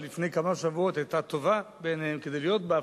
שלפני כמה שבועות היתה טובה בעיניהם כדי להיות בה,